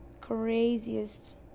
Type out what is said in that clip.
craziest